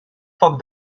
foc